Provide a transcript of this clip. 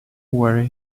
where